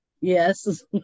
Yes